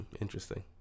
interesting